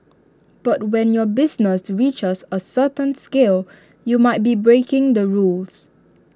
but when your business reaches A certain scale you might be breaking the rules